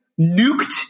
nuked